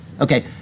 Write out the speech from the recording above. Okay